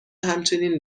همچنین